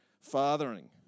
fathering